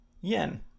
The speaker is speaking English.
yen